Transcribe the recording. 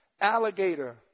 alligator